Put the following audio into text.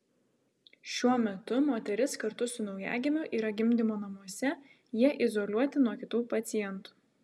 šiuo metu moteris kartu su naujagimiu yra gimdymo namuose jie izoliuoti nuo kitų pacientų